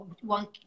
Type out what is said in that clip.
one